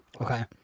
Okay